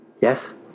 Yes